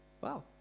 Wow